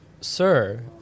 Sir